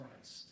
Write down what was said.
Christ